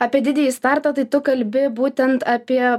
apie didįjį startą tai tu kalbi būtent apie